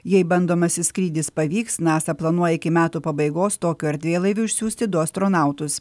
jei bandomasis skrydis pavyks nasa planuoja iki metų pabaigos tokiu erdvėlaiviu išsiųsti du astronautus